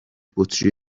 بطری